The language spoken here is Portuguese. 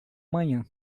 manhã